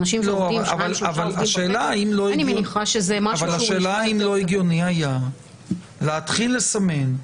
אנשים שעובדים שניים-שלושה --- השאלה אם לא הגיוני היה להתחיל לסמן,